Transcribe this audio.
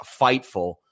Fightful